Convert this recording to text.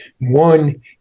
One